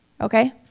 Okay